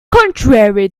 contrary